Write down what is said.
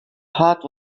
heart